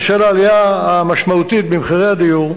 בשל העלייה המשמעותית במחירי הדיור,